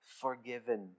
forgiven